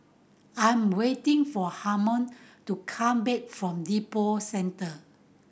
I'm waiting for Harman to come back from Lippo Centre